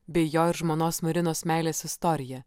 bei jo ir žmonos marinos meilės istoriją